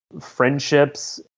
friendships